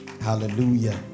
Hallelujah